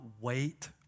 wait